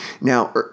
Now